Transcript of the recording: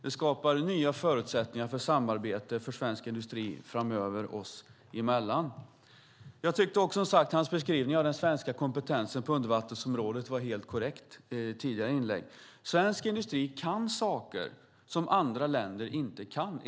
Det skapar nya förutsättningar för samarbete för svensk industri framöver, oss emellan. Jag tyckte som sagt också att hans beskrivning i tidigare inlägg av den svenska kompetensen på undervattensområdet var helt korrekt. Svensk industri kan saker som andra länder inte kan.